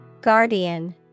Guardian